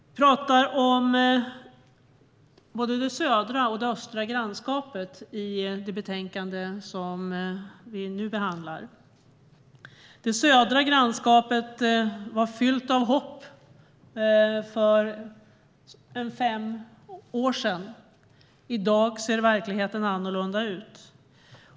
Vi talar om både det södra och det östra grannskapet i det betänkande som vi nu behandlar. Det södra grannskapet var fyllt av hopp för fem år sedan. I dag ser verkligheten annorlunda ut.